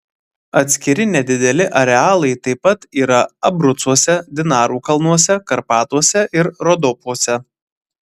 atskiri nedideli arealai taip pat yra abrucuose dinarų kalnuose karpatuose ir rodopuose